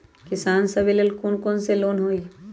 किसान सवे लेल कौन कौन से लोने हई?